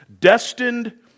destined